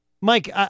Mike